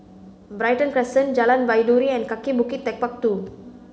Brighton Crescent Jalan Baiduri and Kaki Bukit Techpark Two